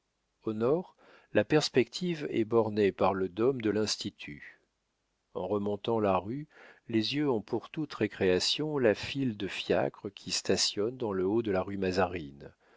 au nord la perspective est bornée par le dôme de l'institut en remontant la rue les yeux ont pour toute récréation la file de fiacres qui stationnent dans le haut de la rue mazarine